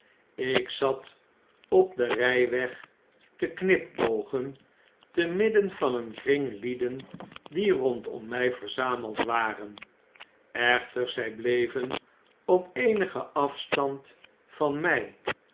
ik zat op den ryweg te knipoogen te midden van een kring liedendie rondom my verzameld waren echter zij bleven op eenigen atstand van my